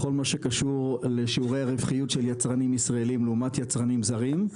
בכל מה שקשור לשיעורי הרווחיות של יצרנים ישראלים לעומת יצרנים זרים.